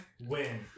win